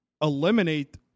eliminate